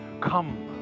come